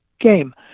game